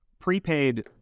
prepaid